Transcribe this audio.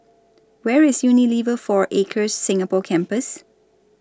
Where IS Unilever four Acres Singapore Campus